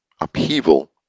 upheaval